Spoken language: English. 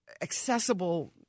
accessible